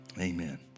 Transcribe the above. Amen